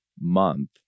month